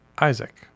isaac